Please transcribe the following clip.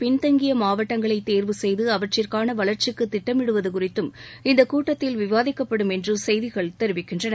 பின்தங்கிய மாவட்டங்களை தேர்வு செய்து அவற்றிற்கான வளர்ச்சிக்கு திட்டமிடுவது குறித்தும் இந்தக் கூட்டத்தில் விவாதிக்கப்படும் என்று செய்திகள் தெரிவிக்கின்றன